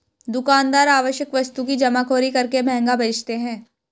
दुकानदार आवश्यक वस्तु की जमाखोरी करके महंगा बेचते है